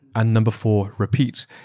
and number four, repeat.